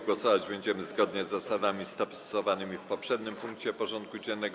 Głosować będziemy zgodnie z zasadami stosowanymi w poprzednim punkcie porządku dziennego.